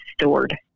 stored